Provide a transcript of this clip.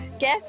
Guess